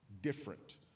different